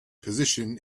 position